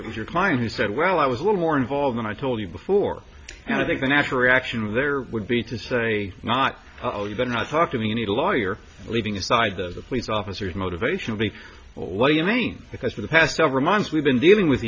it was your client who said well i was a little more involved than i told you before and i think the natural reaction of there would be to say not oh you better not talk to me you need a lawyer leaving aside the police officers motivation or what do you mean because for the past several months we've been dealing with